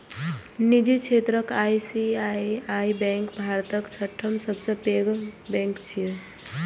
निजी क्षेत्रक ICICI bank भारतक छठम सबसं पैघ बैंक छियै